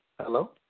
Hello